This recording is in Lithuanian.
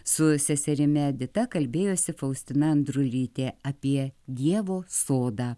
su seserimi edita kalbėjosi faustina andrulytė apie dievo sodą